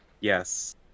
Yes